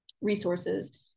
resources